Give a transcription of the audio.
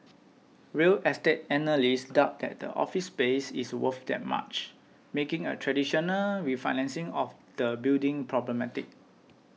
real estate analysts doubt that the office space is worth that much making a traditional refinancing of the building problematic